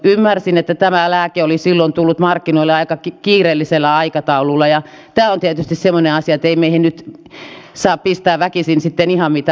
ymmärsin että tämä lääke oli silloin tullut markkinoille aika kiireellisellä aikataululla ja tämä on tietysti semmoinen asia että ei meihin nyt saa pistää väkisin sitten ihan mitä vain